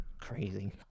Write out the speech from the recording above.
crazy